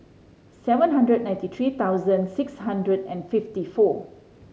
seven hundred ninety three thousand six hundred and fifty four